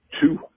Two